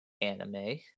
anime